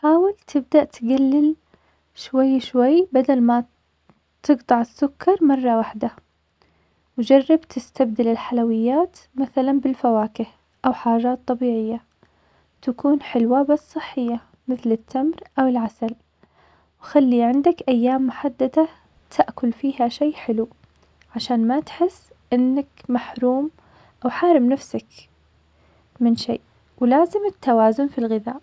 حاول تبدأ تقلل شوي شوي بدل ما تقطع السكر مرة واحدة, وجرب تستبدل الحلويات مثلا بالفواكه أو حاجات طبيعية, تكون حلوة بس صحية مثل التمر أو العسل, وخلي عندك أيام محددة تأكل فيها شئ حلو, علشان ما تحس إنك محروم أوحارم نفسك من شئ, ولازم التوازن في الغذاء.